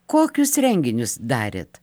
kokius renginius darėt